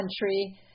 country